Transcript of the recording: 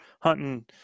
hunting